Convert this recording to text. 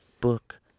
book